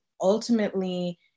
ultimately